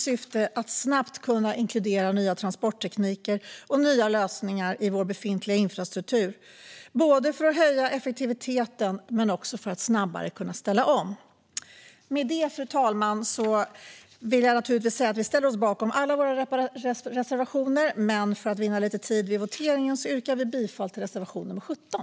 Syftet är att man snabbt kunna inkludera nya transporttekniker och nya lösningar i vår befintliga infrastruktur, både för att höja effektiviteten och för att snabbare kunna ställa om. Med detta, fru talman, vill jag säga att vi naturligtvis ställer oss bakom alla våra reservationer, men för att vinna lite tid vid voteringen yrkar vi bifall endast till reservation nr 17.